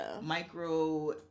micro